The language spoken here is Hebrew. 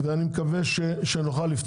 ואני מקווה שנוכל.